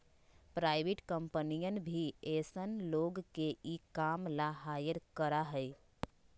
private कम्पनियन भी ऐसन लोग के ई काम ला हायर करा हई